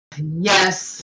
Yes